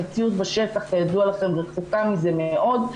המציאות בשטח, כידוע לכם, רחוקה מזה מאוד.